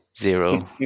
zero